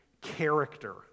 character